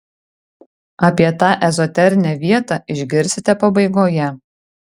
apie tą ezoterinę vietą išgirsite pabaigoje